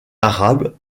arabe